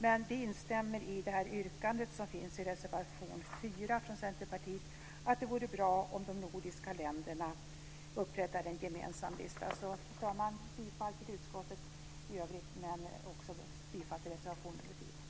Men vi instämmer i yrkandet i reservation 4 från Centerpartiet, att det vore bra om de nordiska länderna upprättade en gemensam lista. Fru talman! Jag yrkar bifall till reservation 4 och i övrigt till utskottets förslag.